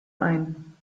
ein